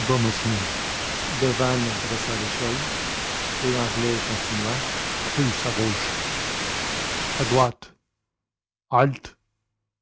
thibermesnil devanne dressa l'échelle et l'anglais continua plus à gauche à droite halte